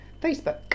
facebook